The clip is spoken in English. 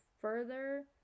further